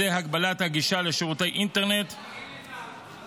ובכלל זה הגבלת הגישה לשירותי אינטרנט -- זה